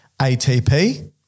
ATP